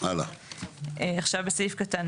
סעיף קטן